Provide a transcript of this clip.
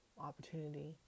opportunity